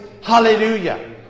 Hallelujah